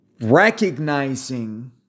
recognizing